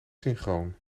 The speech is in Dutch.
synchroon